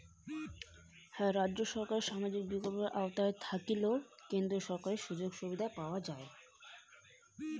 রাজ্য সরকারের সামাজিক প্রকল্পের আওতায় থাকিলে কি কেন্দ্র সরকারের ওই সুযোগ পামু?